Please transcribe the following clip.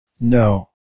No